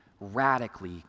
radically